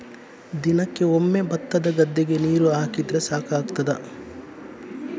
ದಿನಕ್ಕೆ ಒಮ್ಮೆ ಭತ್ತದ ಗದ್ದೆಗೆ ನೀರು ಹಾಕಿದ್ರೆ ಸಾಕಾಗ್ತದ?